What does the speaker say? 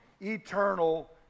eternal